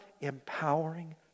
empowering